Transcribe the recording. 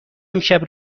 امشب